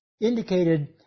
indicated